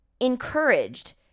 encouraged